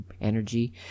energy